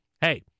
hey